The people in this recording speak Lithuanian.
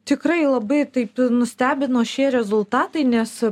tikrai labai taip nustebino šie rezultatai nes